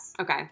okay